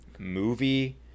movie